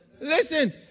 Listen